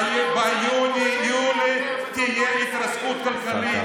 ביוני-יולי תהיה התרסקות כלכלית.